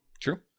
True